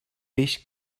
peix